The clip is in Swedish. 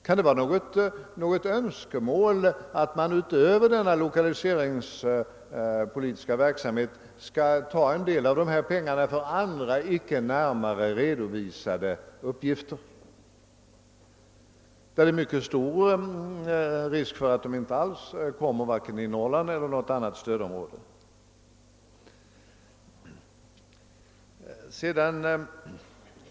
Kan det vara något önskemål att man utöver denna lokaliseringspolitiska verksamhet skall ta en del av dessa pengar för andra, icke närmare redovisade uppgifter? Det är då risk för att de inte alls kommer vare sig till Norrland eller till något annat stödområde.